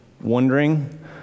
wondering